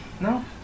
No